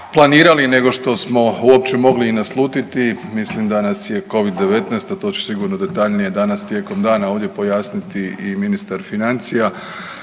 planirani, nego što smo uopće mogli i naslutiti. Mislim da nas je Covid-19, a to će sigurno detaljnije danas tijekom dana ovdje pojasniti i ministar financija